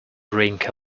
drink